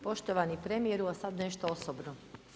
Poštovani premijeru a sada nešto osobno.